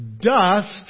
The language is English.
dust